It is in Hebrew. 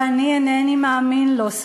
ואני אינני מאמין לו".